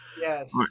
Yes